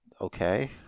Okay